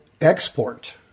export